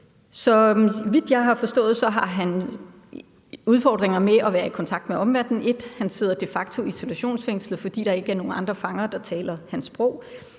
vidt jeg har forstået, har han udfordringer med at være i kontakt med omverdenen. Han sidder de facto isolationsfængslet, fordi der ikke er nogen andre fanger, der taler hans sprog,